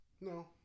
No